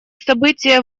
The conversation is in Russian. события